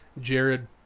Jared